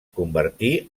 convertí